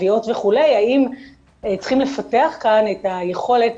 תביעות וכו' צריכים לפתח כאן את היכולת